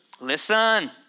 Listen